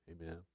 amen